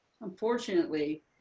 unfortunately